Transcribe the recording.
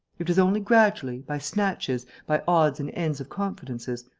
it was only gradually, by snatches, by odds and ends of confidences,